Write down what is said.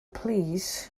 plîs